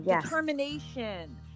determination